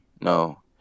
No